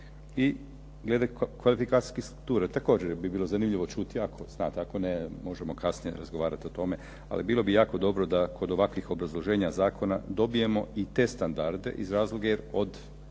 i glede kvalifikacijske strukture, također bi bilo zanimljivo čuti, ako znate, ako ne možemo kasnije razgovarati o tome. Ali bilo bi jako dobro da kod ovakvih obrazloženja zakona dobijemo i te standarde iz razloga od